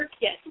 Yes